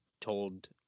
told